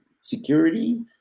security